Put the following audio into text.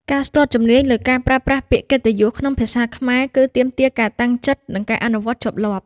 ការស្ទាត់ជំនាញលើការប្រើប្រាស់ពាក្យកិត្តិយសក្នុងភាសាខ្មែរ គឺទាមទារការតាំងចិត្ត និងការអនុវត្តជាប់លាប់។